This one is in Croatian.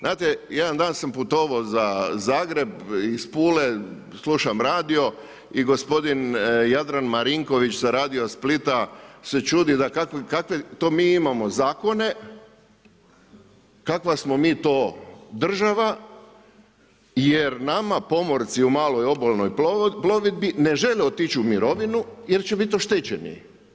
Znate, jedan dan sam putovao za Zagreb iz Pule, slušam radio i gospodin Jadran Marinković sa radio Splita se čudi da kakve to mi imamo zakone, kakva smo mi to država jer nama pomorci u maloj obalnoj plovidbi ne žele otići u mirovinu jer će biti oštećeni.